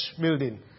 building